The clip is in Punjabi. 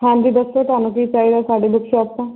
ਹਾਂਜੀ ਦੱਸੋ ਤੁਹਾਨੂੰ ਕੀ ਚਾਹੀਦਾ ਸਾਡੀ ਬੁਕ ਸ਼ੋਪ ਤੋਂ